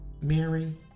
Mary